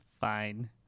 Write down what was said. Fine